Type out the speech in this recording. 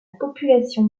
population